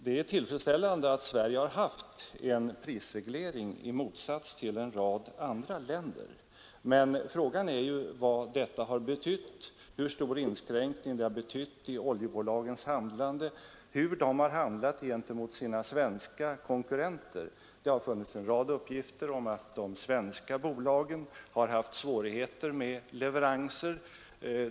Det är tillfredsställande att Sverige har haft en prisreglering i motsats till en rad andra länder, men frågan är vad detta har betytt, hur stor inskränkning det har inneburit i oljebolagens handlande, hur de har handlat gentemot sina svenska konkurrenter. Det har förekommit en rad uppgifter om att de svenska bolagen har haft svårigheter med leveranser.